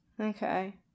Okay